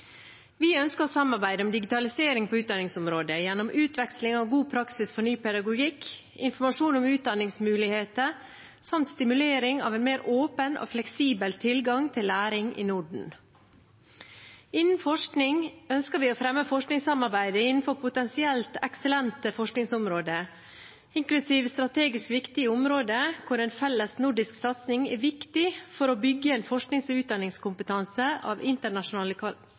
Vi ønsker å samarbeide om digitalisering på utdanningsområdet gjennom utveksling og god praksis for ny pedagogikk, informasjon om utdanningsmuligheter, samt stimulering av en mer åpen og fleksibel tilgang til læring i Norden. Innen forskning ønsker vi å fremme forskningssamarbeidet innenfor potensielt eksellente forskningsområder, inklusiv strategisk viktige områder, der en felles nordisk satsing er viktig for å bygge en forsknings- og utdanningskompetanse av